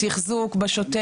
תחזוק שוטף?